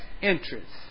interest